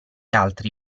altri